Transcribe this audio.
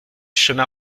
chemin